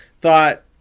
thought